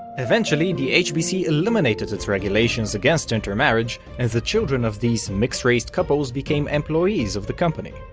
eventually the hbc eliminated its regulations against intermarriage, and the children of these mixed-race couples became employees of the company.